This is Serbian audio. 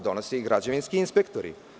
Donose ih građevinski inspektori.